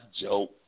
joke